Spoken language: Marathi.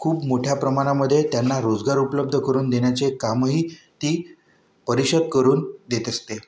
खूप मोठ्या प्रमाणामध्ये त्यांना रोजगार उपलब्ध करून देण्याचे कामही ती परिषद करून देत असते